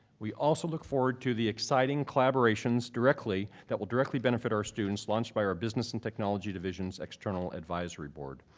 we also look forward to the exciting collaborations directly, that will directly benefit our students launched by our business and technology division's external advisory board.